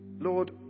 Lord